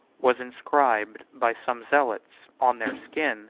was inscribed by some zealots on their skin